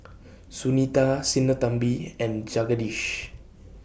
Sunita Sinnathamby and Jagadish